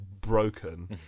broken